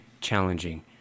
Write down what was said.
challenging